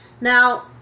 Now